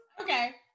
Okay